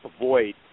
avoid